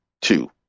two